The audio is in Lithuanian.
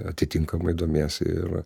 atitinkamai domiesi ir